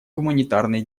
гуманитарной